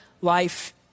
life